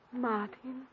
Martin